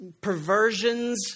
perversions